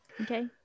Okay